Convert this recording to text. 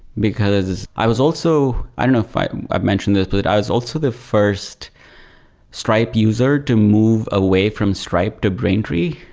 because i was also i don't know if i've mention this, but that i was also the first stripe user to move away from stripe to braintree.